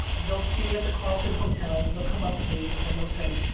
they'll see me at the carlton hotel. they'll come up to me and they'll say,